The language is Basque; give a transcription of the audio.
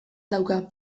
dauka